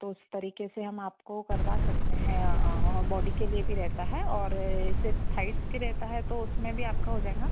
तो उस तरीके से हम आपको करवा सकते हैं वह बॉडी के लिए भी रहता है और सिर्फ़ थाइस का रहता है तो उसमें भी आपका हो जाएगा